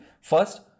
first